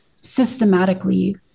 systematically